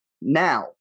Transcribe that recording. Now